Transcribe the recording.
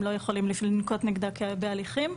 הם לא יכולים לנקוט נגדה בהליכים.